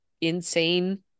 insane